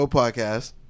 podcast